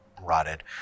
rotted